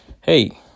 Hey